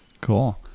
Cool